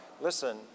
Listen